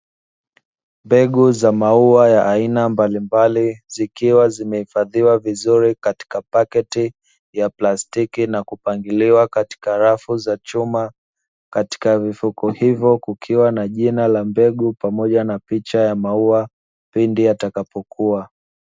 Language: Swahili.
Mbegu za maua ya aina mbalimbali, zikiwa zimehifadhiwa vizuri katika paketi ya plastiki na kupangiliwa katika rafu za chuma, katika vifuko hivyo kukiwa na jina la mbegu pamoja na picha ya maua pindi yatakapokua.